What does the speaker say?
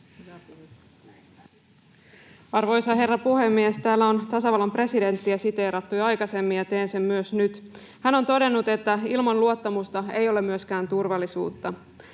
Arvoisa herra puhemies! Täällä on tasavallan presidenttiä siteerattu jo aikaisemmin, ja teen sen myös nyt. Hän on todennut: ”Ilman luottamusta ei ole myöskään turvallisuutta.”